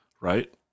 right